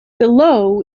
below